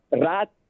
rat